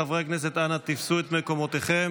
חברי הכנסת, אנא תפסו את מקומותיכם.